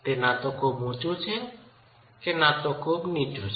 તે ન તો ખૂબ ઉચું છે અને ન તો ખૂબ નીચું છે